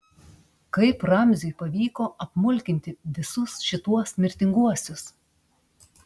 kaip ramziui pavyko apmulkinti visus šituos mirtinguosius